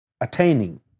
attaining